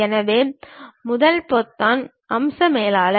எனவே முதல் பொத்தான் அம்ச மேலாளர்